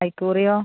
അയ്ക്കൂറയോ